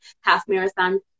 half-marathon